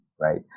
right